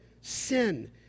sin